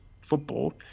football